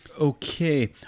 Okay